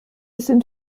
sind